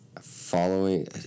following